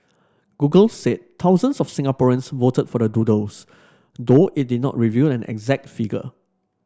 Google said thousands of Singaporeans voted for the doodles though it did not reveal an exact figure